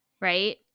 Right